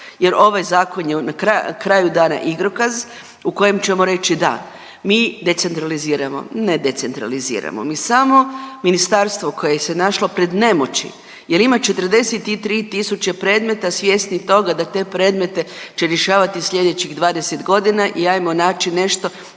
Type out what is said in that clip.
jer ovaj zakon je na kraju dana igrokaz u kojem ćemo reći da mi decentraliziramo. Ne decentraliziramo, mi samo ministarstvo koje se našlo pred nemoći jel ima 43 tisuće predmeta, svjesni toga da te predmete će rješavati slijedećih 20.g. i ajmo naći nešto